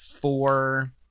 four